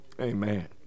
amen